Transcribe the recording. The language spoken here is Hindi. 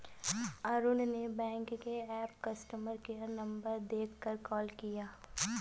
अरुण ने बैंक के ऐप कस्टमर केयर नंबर देखकर कॉल किया